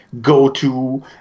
go-to